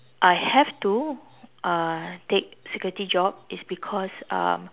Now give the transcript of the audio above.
I have to uh take security job is because um